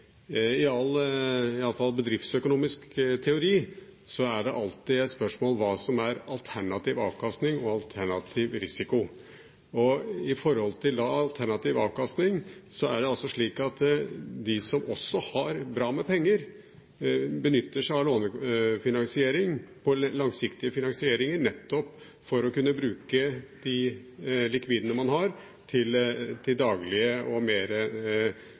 I all – i alle fall bedriftsøkonomisk – teori er det alltid et spørsmål hva som er alternativ avkastning og alternativ risiko. Når det gjelder alternativ avkastning, er det altså slik at de som også har bra med penger, benytter seg av lånefinansiering og langsiktige finansieringer nettopp for å kunne bruke de likvidene man har, til daglige og